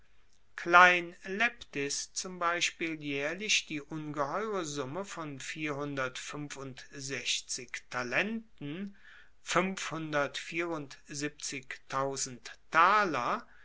klein leptis zum beispiel jaehrlich die ungeheure summe von talenten